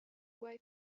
quei